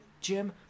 Jim